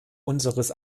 unseres